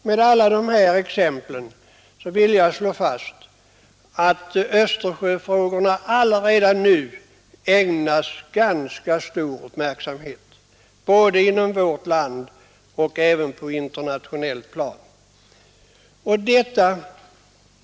Med alla dessa exempel har jag velat slå fast att Östersjöfrågorna allaredan nu ägnas ganska stor uppmärksamhet, både i vårt land och på det internationella planet.